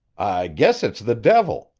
guess it's the devil,